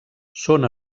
són